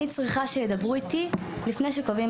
אני צריכה שידברו איתי לפני שקובעים